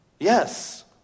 Yes